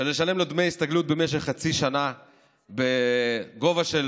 שלשלם לו דמי הסתגלות במשך חצי שנה בגובה של